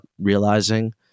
realizing